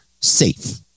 safe